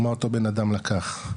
מה אותו בנאדם לקח,